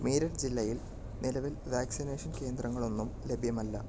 മീററ്റ് ജില്ലയിൽ നിലവിൽ വാക്സിനേഷൻ കേന്ദ്രങ്ങളൊന്നും ലഭ്യമല്ല